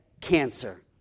cancer